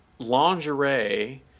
lingerie